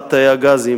"חרפת תאי הגזים,